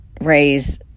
raise